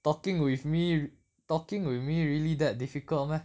talking with me talking with me really that difficult meh